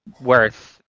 worth